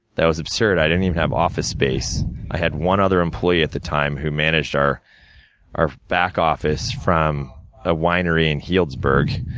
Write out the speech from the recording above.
that was absurd. i didn't even have office space. i had one other employee at the time, who managed our our back office from a winery in healdsburg,